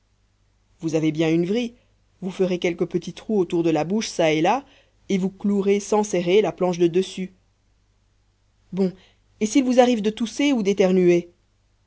vous avez bien une vrille vous ferez quelques petits trous autour de la bouche çà et là et vous clouerez sans serrer la planche de dessus bon et s'il vous arrive de tousser ou d'éternuer